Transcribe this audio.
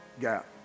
gap